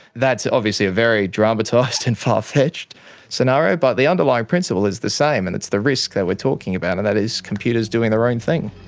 that's obviously a very dramatised and far-fetched scenario, but the underlying principle is the same, and it's the risk they were talking about, and that is computers doing their own thing.